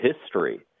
history